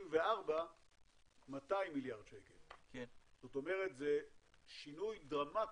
2064 200 מיליארד שקל, זה שינוי דרמטי.